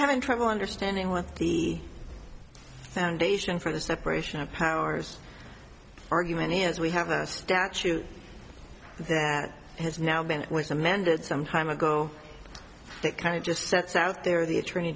having trouble understanding with the foundation for the separation of powers argument is we have a statute that has now been it was amended some time ago that kind of just sets out there the attorney